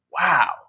wow